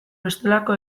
bestelako